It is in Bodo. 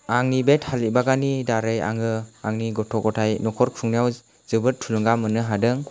आंनि बे थालिर बागाननि दारै आङो आंनि गथ' गथाय नख'र खुंनायाव जोबोद थुलुंगा मोननो हादों